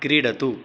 क्रीडतु